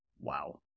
Wow